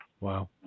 Wow